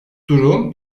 durum